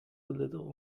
little